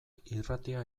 irratia